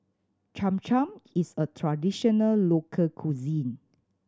Cham Cham is a traditional local cuisine